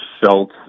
felt –